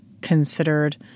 considered